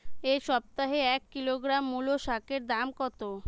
এ সপ্তাহে এক কিলোগ্রাম মুলো শাকের দাম কত?